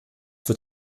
wird